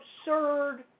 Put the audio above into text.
absurd